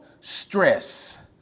stress